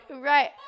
Right